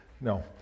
no